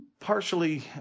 Partially